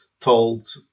told